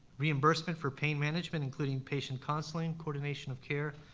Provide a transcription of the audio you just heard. reimbursement for pain management including patient counseling, coordination of care,